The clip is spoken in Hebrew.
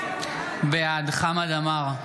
בעד חמד עמאר,